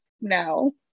No